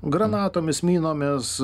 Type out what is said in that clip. granatomis minomis